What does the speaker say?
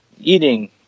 eating